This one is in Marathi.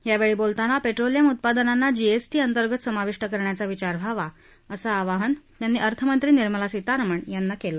यावेळी बोलताना पेट्रोलियम उत्पादनांना जीएसटी अंतर्गत समाविष्ट करण्याचा विचार व्हावा असं आवाहन त्यांनी अर्थमंत्री निर्मला सीतारामन यांना केलं